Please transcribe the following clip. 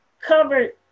covered